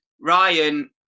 Ryan